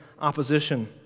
opposition